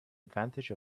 advantage